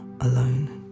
alone